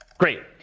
great.